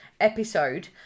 episode